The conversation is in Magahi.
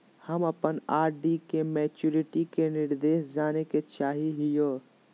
हम अप्पन आर.डी के मैचुरीटी के निर्देश जाने के चाहो हिअइ